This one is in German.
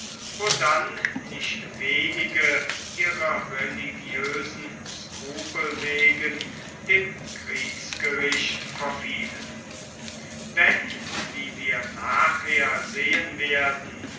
wo dann nicht wenige ihrer religiösen skrupel wegen dem kriegsgericht verfielen wenn wie wir nachher sehen werden